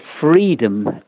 freedom